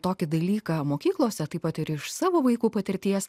tokį dalyką mokyklose taip pat ir iš savo vaikų patirties